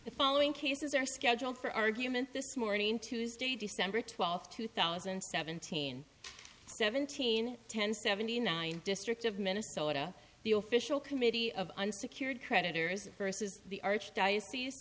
the following cases are scheduled for argument this morning tuesday december twelfth two thousand and seventeen seventeen ten seventy nine district of minnesota the official committee of unsecured creditors versus the archdiocese